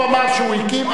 הוא אמר שהוא הקים,